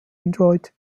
android